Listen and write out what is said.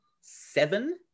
seven